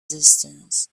distance